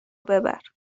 ببر